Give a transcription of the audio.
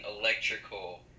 electrical